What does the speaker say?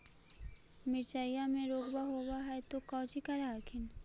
मिर्चया मे रोग्बा होब है तो कौची कर हखिन?